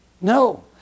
No